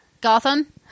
Gotham